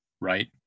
Right